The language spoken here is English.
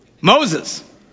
Moses